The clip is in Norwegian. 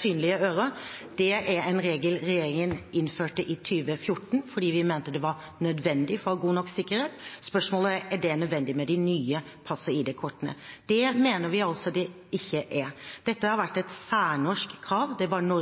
synlige ører. Det er en regel regjeringen innførte i 2014, fordi vi mente at det var nødvendig for å ha god nok sikkerhet. Spørsmålet er: Er det nødvendig med krav til synlige ører i de nye passene og ID-kortene? Det mener vi altså det ikke er. Dette har vært et særnorsk krav